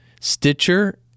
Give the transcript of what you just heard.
Stitcher